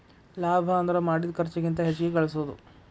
ಲಾಭ ಅಂದ್ರ ಮಾಡಿದ್ ಖರ್ಚಿಗಿಂತ ಹೆಚ್ಚಿಗಿ ಗಳಸೋದು